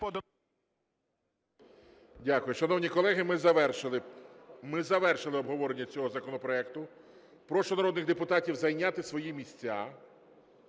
Дякую. Шановні колеги, ми завершили обговорення цього законопроекту. Прошу народних депутатів зайняти свої місця.